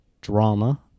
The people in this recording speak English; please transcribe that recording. drama